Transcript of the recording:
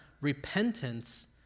repentance